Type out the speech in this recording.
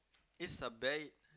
it's a bait